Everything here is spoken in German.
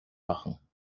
machen